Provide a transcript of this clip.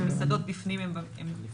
שאלה מסעדות בפנים עם שטחים פתוחים.